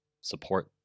support